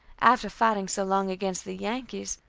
after fighting so long against the yankees,